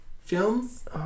films